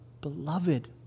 beloved